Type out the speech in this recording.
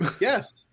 Yes